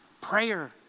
Prayer